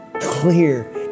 clear